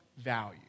value